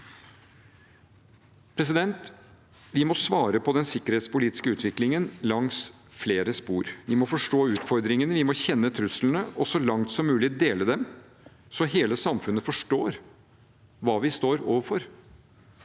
andre land. Vi må svare på den sikkerhetspolitiske utviklingen langs flere spor. Vi må forstå utfordringene, og vi må kjenne truslene og så langt som mulig dele dem, så hele samfunnet forstår hva vi står overfor,